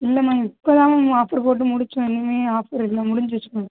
இல்லை மேம் இப்போ தான் மேம் ஆஃபர் போட்டு முடித்தோம் இனிமேல் ஆஃபர் இல்லை முடிஞ்சிருச்சு மேம்